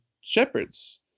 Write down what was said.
shepherds